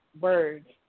words